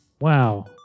Wow